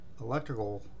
electrical